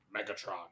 Megatron